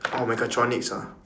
oh mechatronics ah